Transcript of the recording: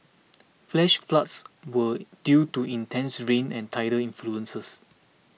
flash floods were due to intense rain and tidal influences